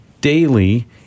daily